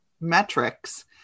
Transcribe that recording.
metrics